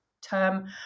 term